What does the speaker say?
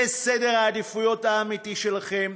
זה סדר העדיפויות האמיתי שלכם.